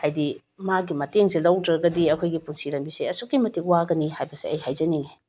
ꯍꯥꯏꯗꯤ ꯃꯥꯒꯤ ꯃꯇꯦꯡꯁꯦ ꯂꯧꯗ꯭ꯔꯒꯗꯤ ꯑꯩꯈꯣꯏꯒꯤ ꯄꯨꯟꯁꯤ ꯂꯝꯕꯤꯁꯦ ꯑꯁꯨꯛꯀꯤ ꯃꯇꯤꯛ ꯋꯥꯒꯅꯤ ꯍꯥꯏꯕꯁꯦ ꯑꯩ ꯍꯥꯏꯖꯅꯤꯡꯉꯤ